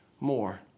more